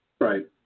Right